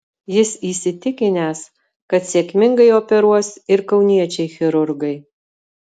jis įsitikinęs kad sėkmingai operuos ir kauniečiai chirurgai